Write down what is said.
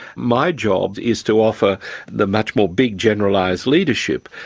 my job is to offer the much more big generalised leadership,